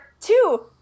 two